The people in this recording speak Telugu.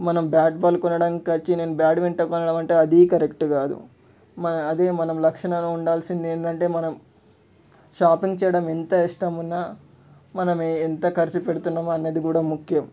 మనం బ్యాట్ బాల్ కొనడానికి వచ్చి నేను బాడ్మింటన్ అది కొనడం కరెక్ట్ కాదు మన అదే మనం లక్షణం ఉండాల్సింది ఏంటంటే మనం షాపింగ్ చేయడం ఎంత ఇష్టం ఉన్నా మనమే ఎంత ఖర్చు పెడుతున్నాం అన్నది కూడా ముఖ్యం